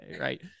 Right